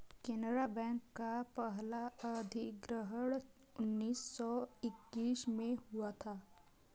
Canara bank का पहला अधिग्रहण उन्नीस सौ इकसठ में हुआ था